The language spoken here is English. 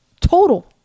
total